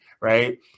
right